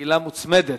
רגילה מוצמדת,